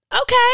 Okay